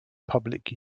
public